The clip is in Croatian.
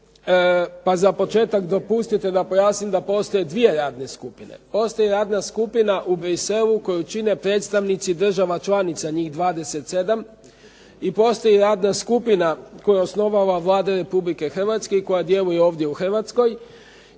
Pa za početak dopustite da pojasnim da postoje dvije radne skupine. Postoji radna skupina u Bruxellesu koju čine predstavnici država članica, njih 27, i postoji radna skupina koju je osnovala Vlada Republike Hrvatske i koja djeluje ovdje u Hrvatskoj,